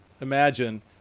imagine